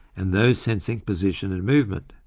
and those sensing position and movement.